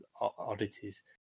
oddities